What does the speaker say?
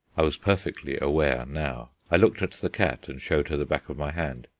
i was perfectly awake now. i looked at the cat, and showed her the back of my hand.